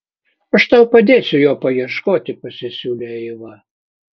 aš tau padėsiu jo paieškoti pasisiūlė eiva